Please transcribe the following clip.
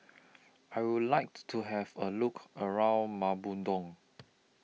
I Would like to Have A Look around Maputo